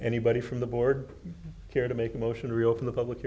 anybody from the board here to make a motion to reopen the public